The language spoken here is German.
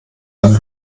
eine